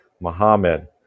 Muhammad